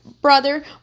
brother